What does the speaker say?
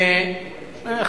והלא-מדויקים כמובן.